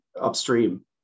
upstream